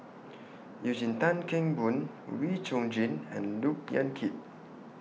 Eugene Tan Kheng Boon Wee Chong Jin and Look Yan Kit